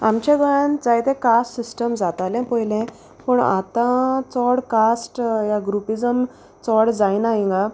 आमच्या गोंयांत जायते कास्ट सिस्टम जाताले पोयलें पूण आतां चोड कास्ट या ग्रुपिजम चोड जायना हिंगा